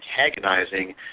antagonizing